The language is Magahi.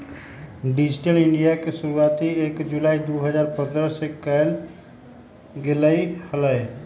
डिजिटल इन्डिया के शुरुआती एक जुलाई दु हजार पन्द्रह के कइल गैले हलय